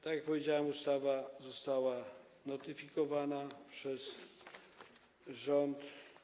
Tak jak powiedziałem, ustawa została notyfikowana przez rząd.